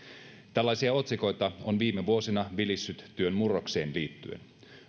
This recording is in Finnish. tällaisia otsikoita on viime vuosina vilissyt työn murrokseen liittyen